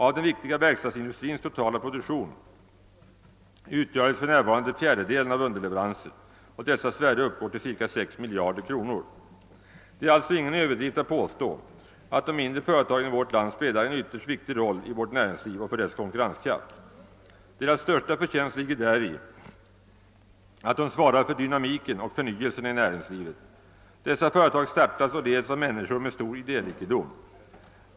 Av den viktiga verkstadsindustrins totala produktion utgörs för närvarande en fjärdedel av underleveranser, och dessas värde uppgår till cirka 6 miljarder kronor. Det är alltså ingen överdrift att påstå, att de mindre företagen i vårt land spelar en ytterst viktig roll i vårt näringsliv och för dess konkurrenskraft. Deras största förtjänst ligger i att de svarar för dynamiken och förnyelsen i näringslivet. Dessa företag startas och leds av människor med stor idérikedom, energi och skaparanda.